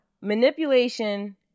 manipulation